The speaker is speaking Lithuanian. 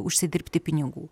užsidirbti pinigų